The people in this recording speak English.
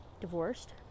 Divorced